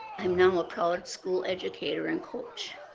i'm now a proud school educator and coach.